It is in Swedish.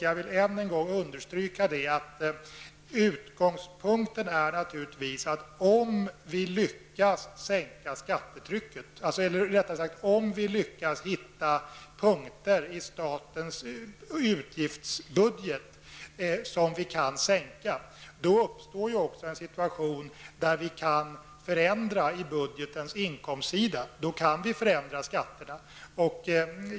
Jag vill än en gång understryka att utgångspunkten är att om vi lyckas hitta poster i statens utgiftsbudget som vi kan minska, uppstår en situation som leder till att vi kan förändra i budgetens inkomstsida. Då kan vi förändra skatterna.